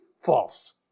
false